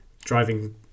driving –